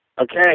Okay